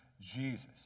Jesus